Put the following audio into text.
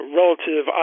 relative